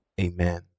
Amen